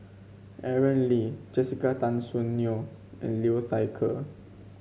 Aaron Lee Jessica Tan Soon Neo and Liu Thai Ker